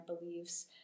beliefs